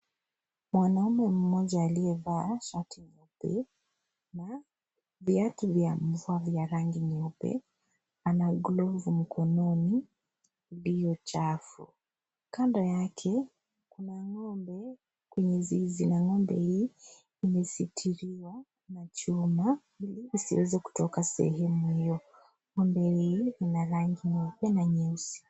Mwanaume mmoja aliyevaa shati nyeupe na viatu vya mvua vya rangi nyeupe ana glovu mkononi iliyochafu . Kando yake kuna ng'ombe kwenye zizi na ng'ombe hii imesitiriwa na chuma ili isiweze kutoka sehemu hiyo . Ng'ombe hii ina rangi nyeupe na nyeusi.